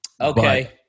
Okay